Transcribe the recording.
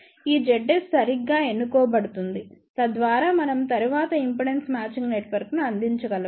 ఈ ZS సరిగ్గా ఎన్నుకోబడుతుంది తద్వారా మనం తరువాత ఇంపిడెన్స్ మ్యాచింగ్ నెట్వర్క్ను అందించగలము